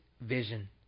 vision